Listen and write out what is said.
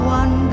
one